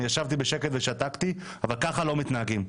אני ישבתי בשקט ושתקתי אבל ככה לא מתנהגים.